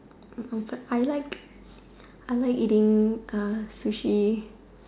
I like I like eating er sushi